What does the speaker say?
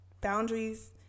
boundaries